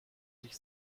sich